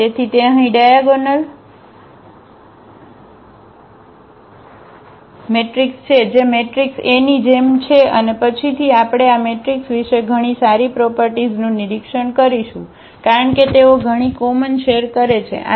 તેથી તે અહીં ડાયાગોનલમેટ્રિક્સ છે જે મેટ્રિક્સ A ની જેમ છે અને પછીથી આપણે આ મેટ્રિક્સ વિશે ઘણી સારી પ્રોપરટીઝ નું નિરીક્ષણ કરીશું કારણ કે તેઓ ઘણી કોમન શેર કરે છે